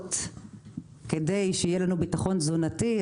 קרקעות כדי שיהיה לנו ביטחון תזונתי.